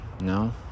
No